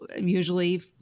usually